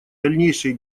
дальнейшие